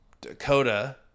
Dakota